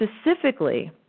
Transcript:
specifically